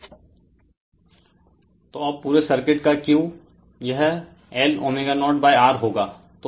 Refer Slide Time 0634 तो अब पूरे सर्किट का Q यह Lω0R होगा